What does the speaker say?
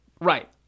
Right